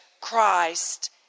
Christ